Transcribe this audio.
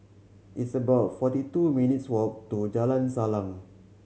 it's about forty two minutes' walk to Jalan Salang